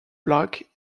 black